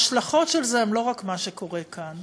ההשלכות של זה הן לא רק מה שקורה כאן.